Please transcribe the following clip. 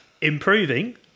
improving